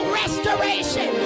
restoration